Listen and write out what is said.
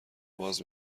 باز